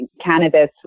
cannabis